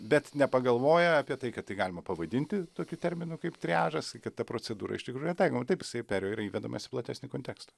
bet nepagalvoja apie tai kad tai galima pavadinti tokiu terminu kaip triažas kad ta procedūra iš tikrųjų yra taikoma taip jisai perio yra įvedamas į platesnį kontekstą